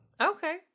Okay